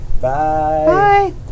Bye